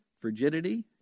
frigidity